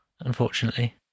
unfortunately